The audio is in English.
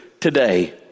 today